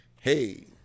Hey